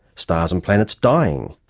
stars and planets dying,